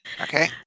Okay